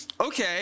Okay